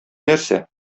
нәрсә